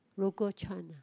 local chant